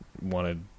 wanted